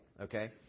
okay